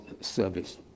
service